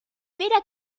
weder